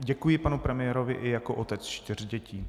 Děkuji panu premiérovi i jako otec čtyř dětí.